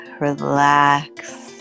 relax